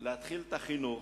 להתחיל את החינוך